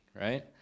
right